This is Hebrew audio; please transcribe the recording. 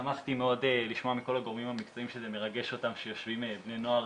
שמחתי מאוד לשמוע מכל הגורמים המקצועיים שזה מרגש אותם שיושבים בני נוער